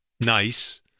nice